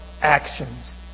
actions